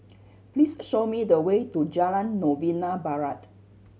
please show me the way to Jalan Novena Barat